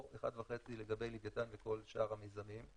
או 1.5 לגבי לווייתן וכל שאר המיזמים,